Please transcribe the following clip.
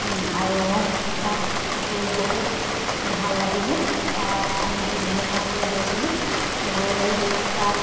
আৰু তাত গৈ বহুত ভাল লাগিলে তাত আমি দুদিনীয়াকৈ গৈছিলোঁ গৈ তাত